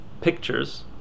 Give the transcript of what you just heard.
pictures